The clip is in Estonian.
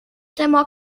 tema